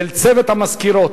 ולצוות המזכירות,